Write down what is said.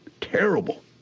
terrible